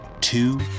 two